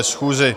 Schůzi.